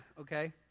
okay